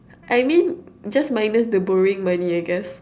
I mean just minus the borrowing money I guess